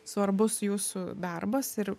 svarbus jūsų darbas ir